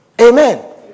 Amen